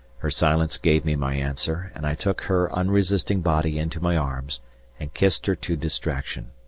her silence gave me my answer, and i took her unresisting body into my arms and kissed her to distraction.